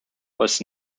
was